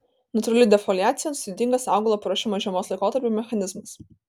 natūrali defoliacija sudėtingas augalo paruošimo žiemos laikotarpiui mechanizmas